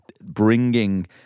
bringing